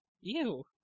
Ew